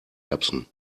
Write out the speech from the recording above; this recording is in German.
erbsen